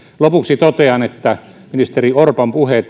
lopuksi totean että ministeri orpon puheet